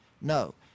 No